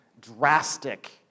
drastic